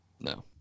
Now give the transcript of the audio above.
No